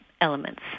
elements